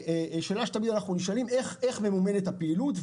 אנחנו תמיד נשאלים: איך ממומנת הפעילות?